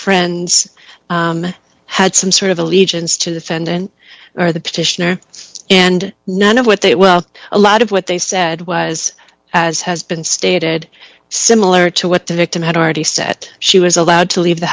friends had some sort of allegiance to the friend and or the petitioner and none of what they well a lot of what they said was as has been stated similar to what the victim had already set she was allowed to leave the